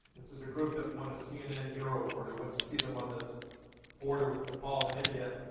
this is a group that won a cnn hero award. i went to see them on the border with nepal and india.